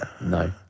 no